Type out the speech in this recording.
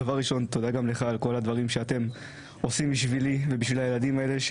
תודה גם לך על כל הדברים שאתם עושים בשבילי ובשביל הילדים האלה.